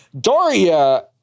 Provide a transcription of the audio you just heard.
Daria